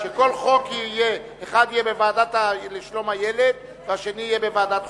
שחוק אחד יהיה בוועדה לשלום הילד והשני בוועדת חוקה.